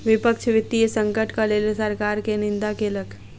विपक्ष वित्तीय संकटक लेल सरकार के निंदा केलक